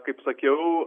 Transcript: kaip sakiau